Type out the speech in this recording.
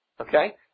okay